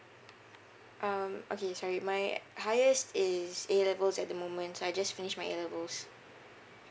um okay sorry my highest is A levels at the moment I just finished my A levels